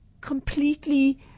completely